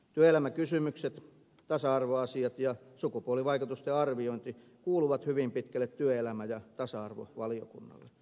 työelämäkysymykset tasa arvoasiat ja sukupuolivaikutusten arviointi kuuluvat hyvin pitkälle työelämä ja tasa arvovaliokunnalle